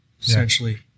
essentially